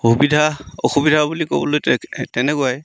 সুবিধা অসুবিধা বুলি ক'বলৈ তেনেকুৱাই